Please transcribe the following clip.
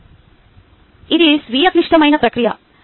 అప్పుడు ఇది స్వీయ క్లిష్టమైన ప్రక్రియ